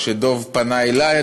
או שדב פנה אלי,